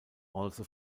also